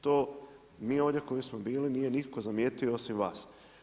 To mi ovdje koji smo bili nije nitko zamijetio osim vas.